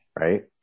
right